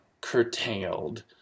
curtailed